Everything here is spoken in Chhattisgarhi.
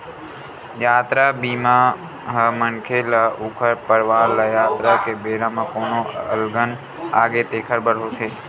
यातरा बीमा ह मनखे ल ऊखर परवार ल यातरा के बेरा म कोनो अलगन आगे तेखर बर होथे